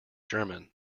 german